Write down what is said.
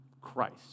Christ